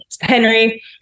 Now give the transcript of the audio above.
Henry